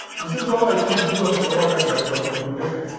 this is how i can do the forward and backward computation.